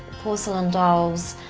porcelain dolls,